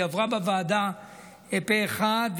היא עברה בוועדה פה אחד.